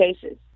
cases